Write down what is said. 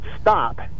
stop